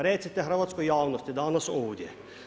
Recite hrvatskoj javnosti danas ovdje.